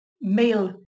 male